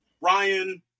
Ryan